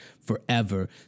forever